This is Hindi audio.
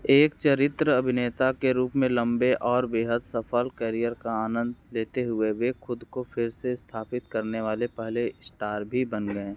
एक चरित्र अभिनेता के रूप में लम्बे और बेहद सफल करियर का आनंद लेते हुए वे ख़ुद को फिर से स्थापित करने वाले पहले स्टार भी बन गए